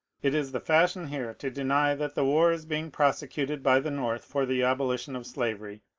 it is the fashion here to deny that the war is being prosecuted by the north for the abolition of slavery,